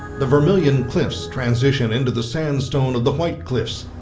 the vermilion cliffs transition into the sandstone of the white cliffs.